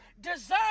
deserve